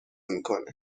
میکنه